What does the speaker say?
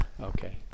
Okay